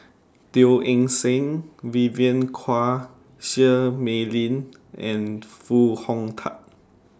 Teo Eng Seng Vivien Quahe Seah Mei Lin and Foo Hong Tatt